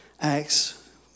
Acts